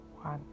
one